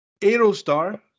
Aerostar